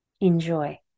Enjoy